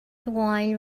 wine